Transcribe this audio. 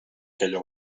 aquella